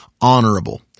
honorable